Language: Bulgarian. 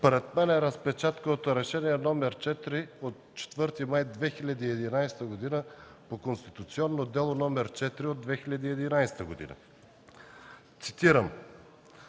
Пред мен е разпечатка от Решение № 4 от 4 май 2011 г. по Конституционно дело № 4 от 2011 г. Цитирам: